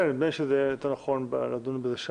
כן, נדמה לי שיהיה יותר נכון לדון בזה שם.